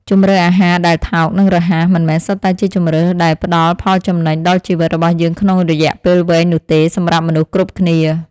ជម្រើសអាហារដែលថោក និងរហ័សមិនមែនសុទ្ធតែជាជម្រើសដែលផ្តល់ផលចំណេញដល់ជីវិតរបស់យើងក្នុងរយៈពេលវែងនោះទេសម្រាប់មនុស្សគ្រប់គ្នា។